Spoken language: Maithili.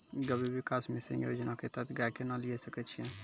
गव्य विकास मिसन योजना के तहत गाय केना लिये सकय छियै?